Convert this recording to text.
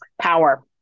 power